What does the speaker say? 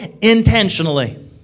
intentionally